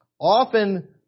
often